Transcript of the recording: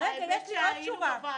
האמת שהיינו בוועדות.